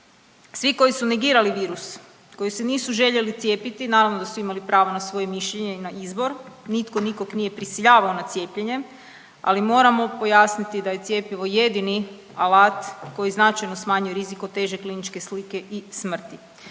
Svi koji su negirali virus, koji se nisu željeli cijepiti naravno da su imali pravo na svoje mišljenje i na izbor. Nitko nikog nije prisiljavao na cijepljenje, ali moramo pojasniti da je cjepivo jedini alat koji značajno smanjuje rizik od teže kliničke slike i smrti.